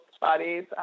bodies